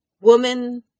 Woman